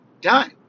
done